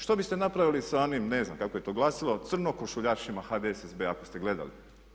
Što biste napravili s onim, ne znam kako je to glasilo, crnokošuljašima HDSSB-a ako ste gledali.